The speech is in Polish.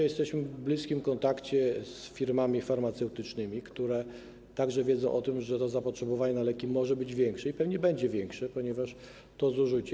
Jesteśmy w bliskim kontakcie z firmami farmaceutycznymi, które także wiedzą o tym, że zapotrzebowanie na leki może być większe i pewnie będzie większe to zużycie.